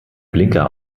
blinker